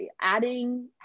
adding